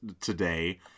today